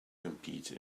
compete